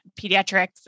pediatrics